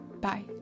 Bye